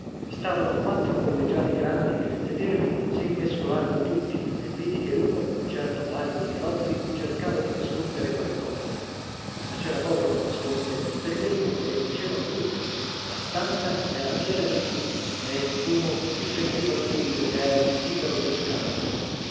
stavano quattro collegiali grandi che nel vedermi si rimescolarono tutti e vidi che uno un certo mario michelozzi cercava di nascondere qualcosa ma c'era poco da nascondere perché le nuvole dicevano tutto la stanza era piena di fumo e il fumo si sentiva subito che era di sigaro toscano